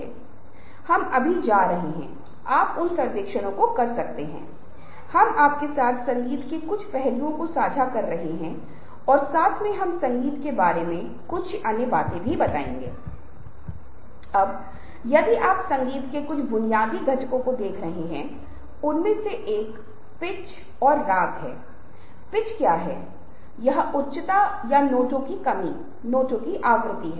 हमें बोलने और सुनने के लिए व्यक्तिगत संदर्भ में बात कर रहे हैं जो लगभग आप चिकित्सकीय कह सकते हैं लगभग आध्यात्मिक कह सकते हैं लेकिन से यह मामला नहीं है जो मैं आपके साथ साझा करने की कोशिश कर रहा हूं वह यह तथ्य है कि यदि आप वास्तव में कुछ ऐसा कर रहे हैं जो हमें उस पर बहुत अच्छा बनाता है और वास्तव में हमारी मदद करता है